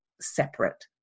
separate